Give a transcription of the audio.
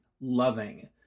Loving